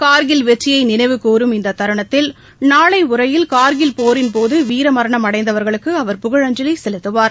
கார்கில் வெற்றியை நினைவுகூரும் இந்த தருணத்தில் நாளை உரையில் கார்கில் போரின்போது வீரமரணம் அடைந்தவர்களுக்கு அவர் புகழஞ்சலி செலுத்துவார்